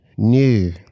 New